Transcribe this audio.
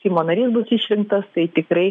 seimo narys bus išrinktas tai tikrai